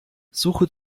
suche